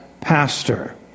pastor